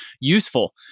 useful